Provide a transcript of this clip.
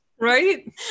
Right